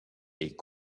est